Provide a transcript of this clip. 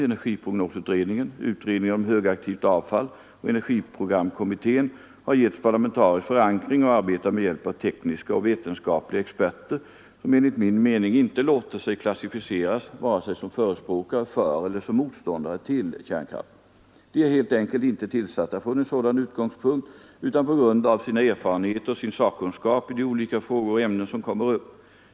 Energiprognosutredningen, utredningen om högaktivt avfall och energiprogramkommittén har getts parlamentarisk förankring och arbetar med hjälp av tekniska och vetenskapliga experter som enligt min mening inte låter sig klassificeras vare sig som förespråkare för eller som motståndare till kärnkraft. De är helt enkelt inte tillsatta från en sådan utgångspunkt utan på grund av sina erfarenheter och sin sakkunskap i de olika frågor och ämnen som kommer upp.